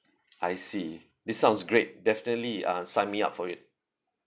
I see this sounds great definitely uh sign me up for it